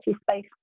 space